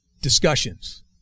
discussions